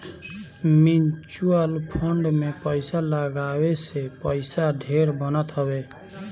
mutual fund में पईसा लगावे से पईसा ढेर बनत हवे